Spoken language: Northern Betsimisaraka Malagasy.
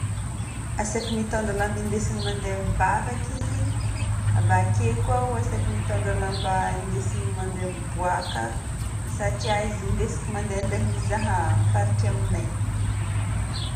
Asaiko mitondra lamba hindesigny mandeha mivavaka izy. Avake koa ao asaiko mitondra lamba hindesigny mandeha miboaka satria izy hindesiko mandehandeha mizaha faritry aminay.